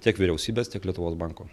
tiek vyriausybės tiek lietuvos banko